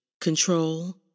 Control